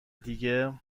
دیگه